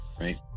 right